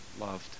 loved